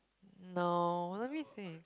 no let me think